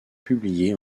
publié